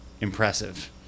impressive